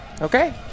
Okay